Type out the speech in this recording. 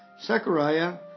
Zechariah